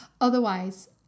Otherwise